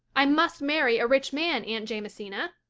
i must marry a rich man, aunt jamesina.